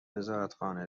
وزارتخانه